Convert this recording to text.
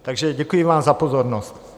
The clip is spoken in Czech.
Takže děkuji vám za pozornost.